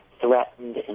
threatened